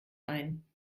ein